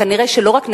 כנראה לא רק שניעצר,